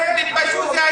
תתביישו.